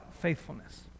faithfulness